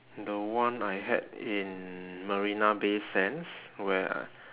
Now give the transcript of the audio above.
the one I had in marina bay sands where I